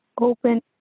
open